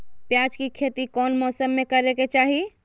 प्याज के खेती कौन मौसम में करे के चाही?